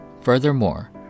Furthermore